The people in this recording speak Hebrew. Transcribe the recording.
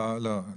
לא, לא,